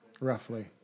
Roughly